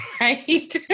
Right